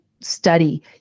study